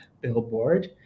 billboard